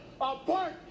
apart